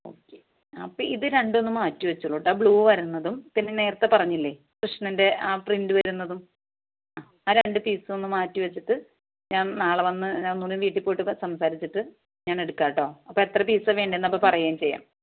okay അപ്പോൾ ഇത് രണ്ടും ഒന്ന് മാറ്റിവെച്ചോളൂ കേട്ടോ ആ ബ്ലൂ വരുന്നതും പിന്നെ നേരത്തെ പറഞ്ഞില്ലേ കൃഷ്ണൻറെ ആ പ്രിൻറ് വരുന്നതും ആ ആ രണ്ട് പീസും ഒന്ന് മാറ്റിവെച്ചിട്ട് ഞാൻ നാളെ വന്ന് ഞാൻ ഒന്നുകൂടി വീട്ടിൽ പോയി സംസാരിച്ചിട്ട് ഞാൻ എടുക്കാം കേട്ടോ അപ്പോൾ എത്ര പീസ് ആണ് വേണ്ടതെന്ന് അപ്പോൾ പറയുകയും ചെയ്യാം